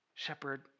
Shepherd